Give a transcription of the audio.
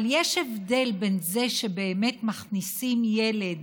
אבל יש הבדל בין זה שבאמת מכניסים ילד